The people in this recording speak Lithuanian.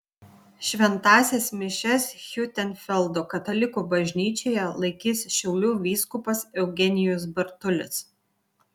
šventąsias mišias hiutenfeldo katalikų bažnyčioje laikys šiaulių vyskupas eugenijus bartulis